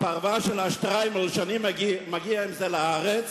הפרווה של השטריימל שאני מגיע אתו לארץ,